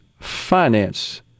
finance